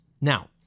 Now